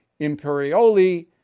Imperioli